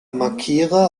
markiere